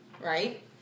Right